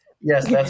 yes